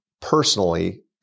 personally